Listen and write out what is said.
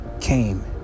came